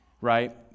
right